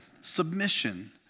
submission